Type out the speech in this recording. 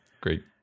great